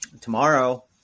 tomorrow